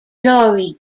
glory